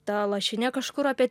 ta lašinė kažkur apie